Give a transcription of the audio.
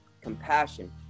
Compassion